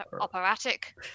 operatic